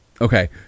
Okay